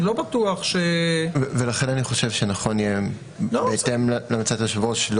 אני לא בטוח --- לכן אני חושב שנכון יהיה בהתאם להמלצת היושב-ראש,